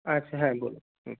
আচ্ছা হ্যাঁ বলুন হুম